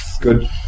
good